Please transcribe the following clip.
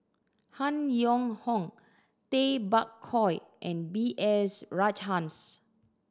Han Yong Hong Tay Bak Koi and B S Rajhans